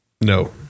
No